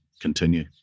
continue